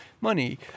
money